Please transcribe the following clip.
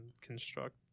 construct